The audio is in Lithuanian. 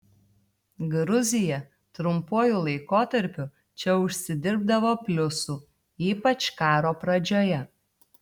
gruzija trumpuoju laikotarpiu čia užsidirbdavo pliusų ypač karo pradžioje